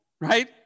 right